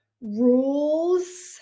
rules